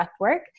breathwork